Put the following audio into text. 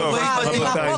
סיפורי בדים.